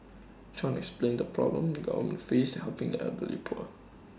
chan explained the problem on face in helping the elderly poor